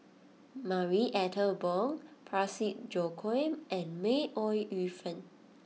Marie Ethel Bong Parsick Joaquim and May Ooi Yu Fen